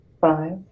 five